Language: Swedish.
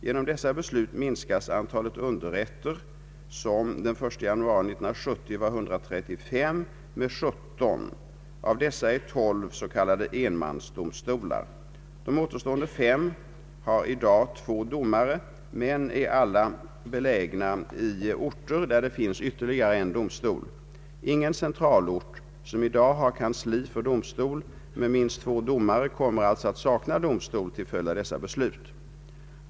Genom dessa beslut minskas antalet underrätter — som den 1 januari 1970 var 135 — med 17. Av dessa är 12 s.k. enmansdomstolar. De återstående 5 har i dag två domare men är alla belägna i orter där det finns ytterligare en domstol. Ingen centralort som i dag har kansli för domstol med minst två domare kommer alltså att sakna domstol till följd av dessa beslut.